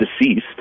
deceased